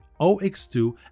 OX2